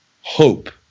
hope